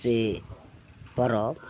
से पर्व